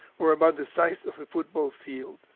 or about the size of a football field.